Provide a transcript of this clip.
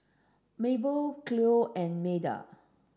Mabel Chloie and Meda